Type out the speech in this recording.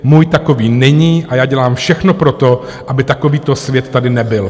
Můj takový není a já dělám všechno pro to, aby takovýto svět tady nebyl.